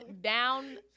down